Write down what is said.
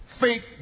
fake